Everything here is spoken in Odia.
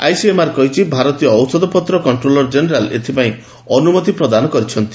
ଆଇସିଏମ୍ଆର୍ କହିଛି ଭାରତୀୟ ଔଷଧପତ୍ର କଷ୍ଟ୍ରୋଲର ଜେନେରାଲ୍ ଏଥିପାଇଁ ଅନୁମତି ପ୍ରଦାନ କରିଛି